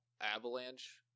avalanche